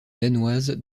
danoise